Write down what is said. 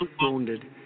wounded